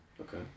Okay